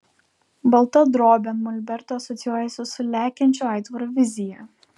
balta drobė ant molberto asocijuojasi su lekiančio aitvaro vizija